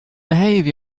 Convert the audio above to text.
behave